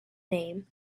name